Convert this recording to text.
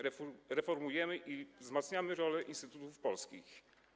Reformujemy i wzmacniamy rolę instytutów polskich.